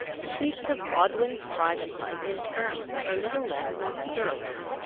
speaks of godwin's private life in terms that are little less than scurrilous.